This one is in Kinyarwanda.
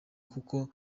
kuko